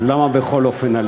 אז למה עליתי בכל אופן?